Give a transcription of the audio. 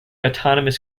autonomous